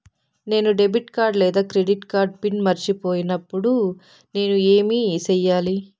నేను debit card లేదా credit card pin మర్చిపోయినప్పుడు నేను ఏమి సెయ్యాలి?